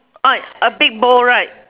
a big bowl right